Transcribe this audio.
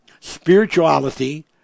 spirituality